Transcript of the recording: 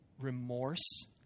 remorse